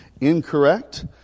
incorrect